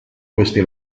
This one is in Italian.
questi